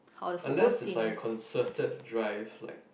unless there's like a concerted drive like